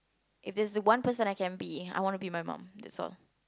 if it's the one person I can be I want to be my mum that's all